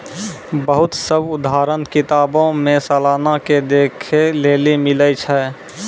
बहुते सभ उदाहरण किताबो मे सलाना के देखै लेली मिलै छै